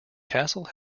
castle